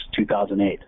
2008